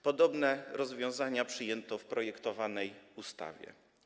Podobne rozwiązania przyjęto w projektowanej ustawie.